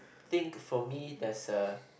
think for me there's a